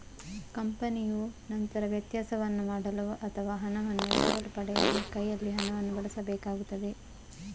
ಕಂಪನಿಯು ನಂತರ ವ್ಯತ್ಯಾಸವನ್ನು ಮಾಡಲು ಅಥವಾ ಹಣವನ್ನು ಎರವಲು ಪಡೆಯಲು ಕೈಯಲ್ಲಿ ಹಣವನ್ನು ಬಳಸಬೇಕಾಗುತ್ತದೆ